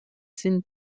sind